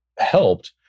helped